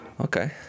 okay